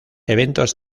eventos